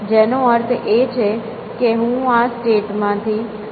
જેનો અર્થ છે કે હું આ સ્ટેટ માંથી આગળના સ્ટેટ માં પણ જઈ શકું છું